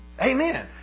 Amen